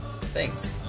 Thanks